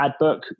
Adbook